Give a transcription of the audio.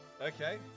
Okay